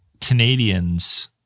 Canadians